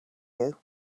you